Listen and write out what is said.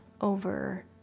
over